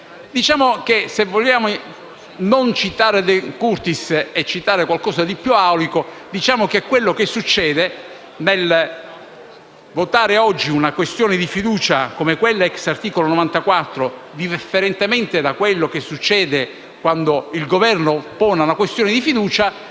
Se non vogliamo citare De Curtis e vogliamo citare qualcosa di più aulico, diciamo che quello che succede nel votare oggi una mozione di sfiducia *ex* articolo 94, differentemente da quello che succede quando il Governo pone una questione di fiducia,